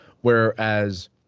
whereas